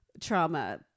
trauma